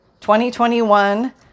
2021